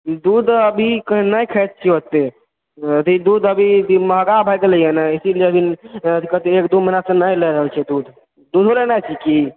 दूध अभी नहि खाइ छियै ओतए दूध अभी महँगा भए गेलैया ने इसीलिए अभी एक दू महिना सँ नहि लए रहल छियै दूध दूधो लेनाइ छै की